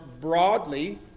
broadly